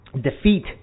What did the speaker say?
defeat